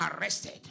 arrested